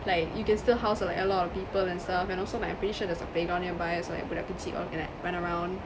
like you can still house like a lot of people and stuff and also like I'm pretty sure there's a playground nearby so like budak kecil all can like run around